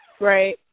Right